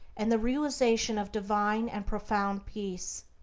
and the realization of divine and profound peace.